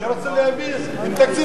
אני רוצה להבין את זה,